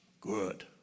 good